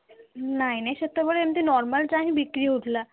ନାହିଁ ନାହିଁ ସେତେବେଳେ ଏମିତି ନର୍ମାଲ ଚା' ହିଁ ବିକ୍ରି ହେଉଥିଲା